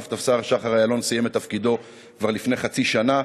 רב-טפסר שחר איילון סיים את תפקידו כבר לפני חצי שנה.